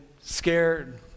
scared